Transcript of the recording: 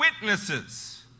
witnesses